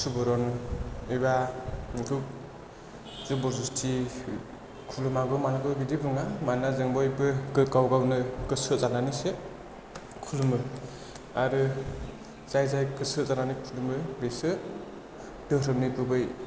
सुबुरन एबा खुब जबर जस्थि खुलुमनांगौ मानांगौ बिदि बुङा मानोना जों बयबो गाव गावनो गोसो जानानैसो खुलुमो आरो जाय जाय गोसो जानानै खुलुमो बिसो धोरोमनि गुबै